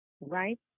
right